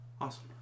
awesome